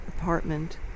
apartment